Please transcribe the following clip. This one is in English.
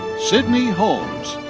sydney holmes.